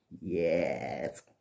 yes